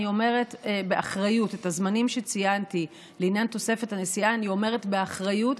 את הזמנים שציינתי לעניין תוספת הנסיעה אני אומרת באחריות,